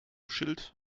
schild